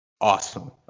awesome